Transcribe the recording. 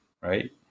right